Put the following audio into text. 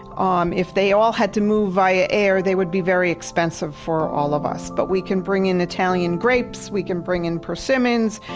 um if they all had to move via air, they would be very expensive for all of us. but we can bring in italian grapes, we can bring in persimmons,